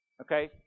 Okay